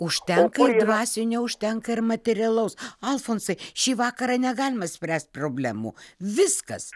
užtenka dvasinio užtenka ir materialaus alfonsai šį vakarą negalima spręst problemų viskas